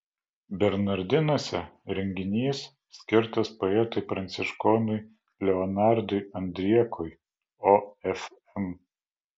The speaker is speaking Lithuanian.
bernardinuose renginys skirtas poetui pranciškonui leonardui andriekui ofm